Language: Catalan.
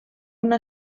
una